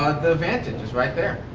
the vantage is right there.